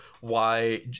why-